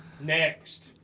Next